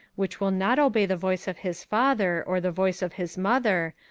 which will not obey the voice of his father, or the voice of his mother,